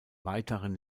weiteren